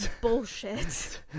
bullshit